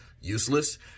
useless